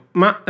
ma